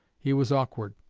he was awkward.